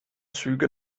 züge